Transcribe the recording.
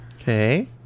Okay